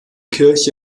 kirche